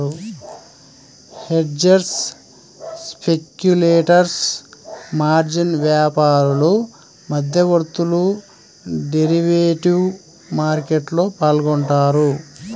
hedgers, speculators, margin వ్యాపారులు, మధ్యవర్తులు derivative మార్కెట్లో పాల్గొంటారు